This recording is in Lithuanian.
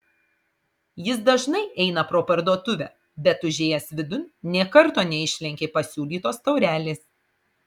jis dažnai eina pro parduotuvę bet užėjęs vidun nė karto neišlenkė pasiūlytos taurelės